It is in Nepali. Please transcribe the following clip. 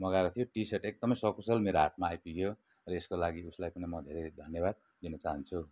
मगाएको थियो त्यो टी सर्ट एकदमै सकुसल मेरो हातमा आइपुग्यो र यसको लागि उसलाई पनि म धेरै धन्यवाद दिन चाहन्छु